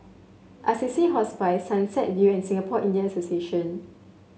Assisi Hospice Sunset View and Singapore Indian Association